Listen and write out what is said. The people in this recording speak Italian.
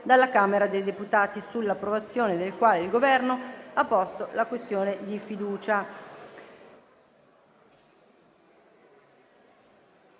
dalla Camera dei deputati, sull'approvazione del quale il Governo ha posto la questione di fiducia: